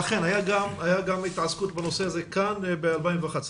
היה גם התעסקות בנושא הזה כאן ב-2011.